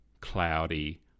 cloudy